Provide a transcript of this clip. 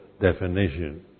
definition